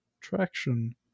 traction